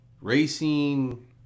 racing